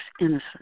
innocent